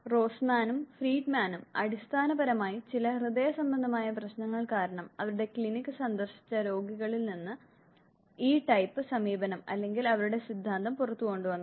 റോസൻമാനും ഫ്രീഡ്മാനും അടിസ്ഥാനപരമായി ചില ഹൃദയസംബന്ധമായ പ്രശ്നങ്ങൾ കാരണം അവരുടെ ക്ലിനിക് സന്ദർശിച്ച രോഗികളിൽ നിന്നാണ് ഈ ടൈപ്പ് സമീപനം അല്ലെങ്കിൽ അവരുടെ സിദ്ധാന്തം പുറത്ത് കൊണ്ട് വന്നത്